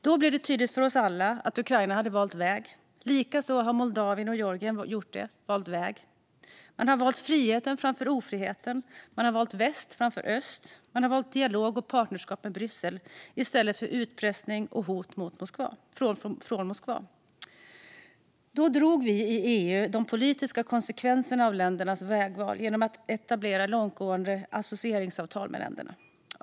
Då blev det tydligt för oss alla att Ukraina hade valt väg. Likaså har Moldavien och Georgien valt väg. Man har valt friheten framför ofriheten. Man har valt väst framför öst. Man har valt dialog och partnerskap med Bryssel i stället för utpressning och hot från Moskva. Då tog vi i EU de politiska konsekvenserna av ländernas vägval genom att etablera långtgående associeringsavtal med länderna.